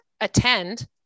attend